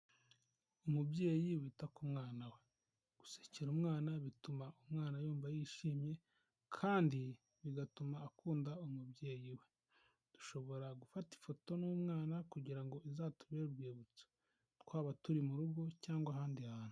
Umubyeyi wita ku mwana we, gusekera umwana bituma umwana yumva yishimye kandi bigatuma akunda umubyeyi we, dushobora gufata ifoto n'umwana kugira ngo izatubere urwibutso twaba turi mu rugo cyangwa ahandi hantu.